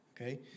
okay